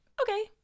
okay